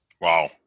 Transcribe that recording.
Wow